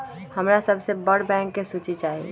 हमरा सबसे बड़ बैंक के सूची चाहि